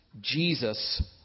Jesus